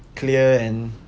clear and